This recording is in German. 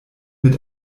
mit